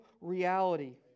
reality